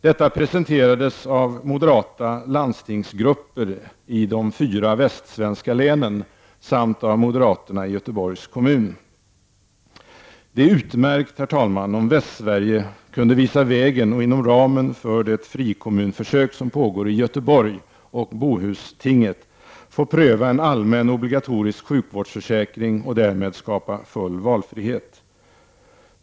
Detta presenterades av moderata landstingsgrupper i de fyra västsvenska länen samt av moderaterna i Göteborgs kommun. Det är utmärkt, herr talman, om Västsverige kan visa vägen och inom ramen för det frikommunförsök som pågår i Göteborg och Bohustinget får pröva en allmän obligatorisk sjukvårdsförsäkring och därmed skapa full valfrihet.